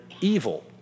evil